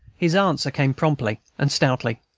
his answer came promptly and stoutly,